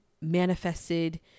manifested